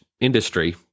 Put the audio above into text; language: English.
industry